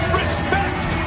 respect